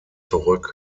zurück